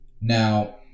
Now